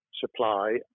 supply